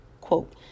quote